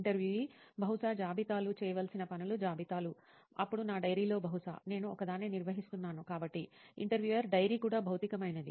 ఇంటర్వ్యూఈ బహుశా జాబితాలు చేయవలసిన పనుల జాబితాలు అప్పుడు నా డైరీలో బహుశా నేను ఒకదాన్ని నిర్వహిస్తున్నాను కాబట్టి ఇంటర్వ్యూయర్ డైరీ కూడా భౌతికమైనది